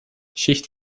schicht